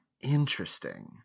Interesting